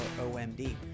OMD